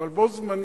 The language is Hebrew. אבל בו-בזמן